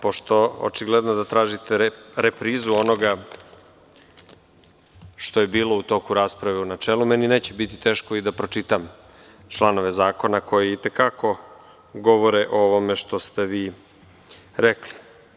Pošto je očigledno da tražite reprizu onoga što je bilo u toku rasprave u načelu, meni neće biti teško i da pročitam članove zakona koji i te kako govore o ovome što ste vi rekli.